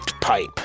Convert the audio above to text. pipe